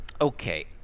Okay